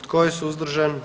Tko je suzdržan?